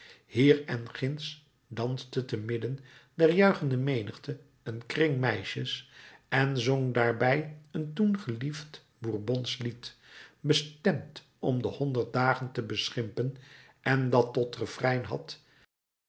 hier en ginds danste temidden der juichende menigte een kring meisjes en zong daarbij een toen geliefd bourbonsch lied bestemd om de honderd dagen te beschimpen en dat tot refrein had